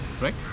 right